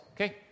Okay